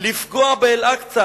לפגוע באל-אקצא,